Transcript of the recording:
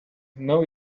know